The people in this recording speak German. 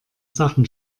sachen